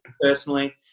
personally